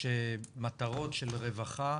שמטרות של רווחה,